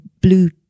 blue